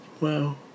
wow